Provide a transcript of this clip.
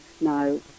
no